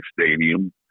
Stadium